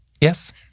Yes